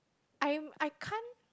I'm I can't